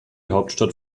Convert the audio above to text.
hauptstadt